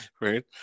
right